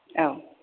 औ